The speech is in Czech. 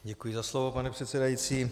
Děkuji za slovo, pane předsedající.